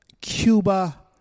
Cuba